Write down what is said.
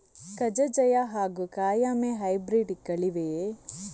ಕಜೆ ಜಯ ಹಾಗೂ ಕಾಯಮೆ ಹೈಬ್ರಿಡ್ ಗಳಿವೆಯೇ?